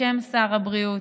בשם שר הבריאות,